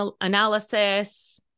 analysis